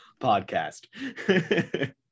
podcast